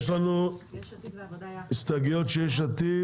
יש לנו הסתייגויות של יש עתיד